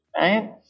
Right